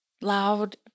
loud